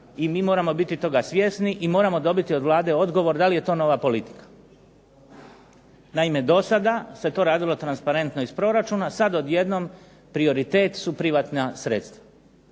i mi moramo biti toga svjesni i moramo dobiti od Vlade odgovor da li je to nova politika. Naime, do sada se to radilo transparentno iz proračuna. Sad odjednom prioritet su privatna sredstva.